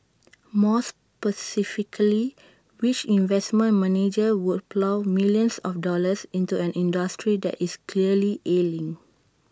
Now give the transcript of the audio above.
more specifically which investment manager would plough millions of dollars into an industry that is clearly ailing